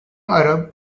arab